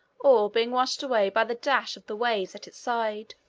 or being washed away by the dash of the waves at its sides.